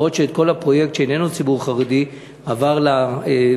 בעוד שכל הפרויקט למי שאיננו הציבור החרדי עבר למל"ג,